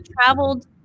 traveled